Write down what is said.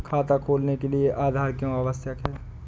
खाता खोलने के लिए आधार क्यो आवश्यक है?